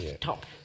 top